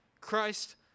Christ